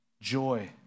Joy